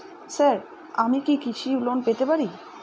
Sir আমি কি কৃষি লোন পেতে পারি?